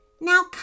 Now